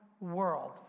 world